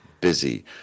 busy